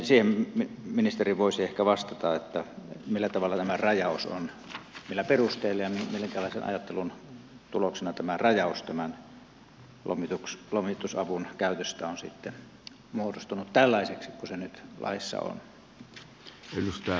siihen ministeri voisi ehkä vastata millä perusteella ja minkälaisen ajattelun tuloksena tämä rajaus tämän lomitusavun käytöstä on sitten muodostunut tällaiseksi kuin se nyt laissa on